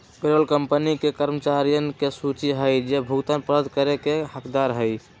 payroll company के कर्मचारियन के सूची हई जो भुगतान प्राप्त करे के हकदार हई